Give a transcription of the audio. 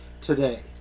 today